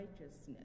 Righteousness